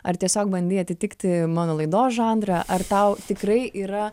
ar tiesiog bandei atitikti mano laidos žanrą ar tau tikrai yra